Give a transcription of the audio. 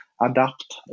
adapt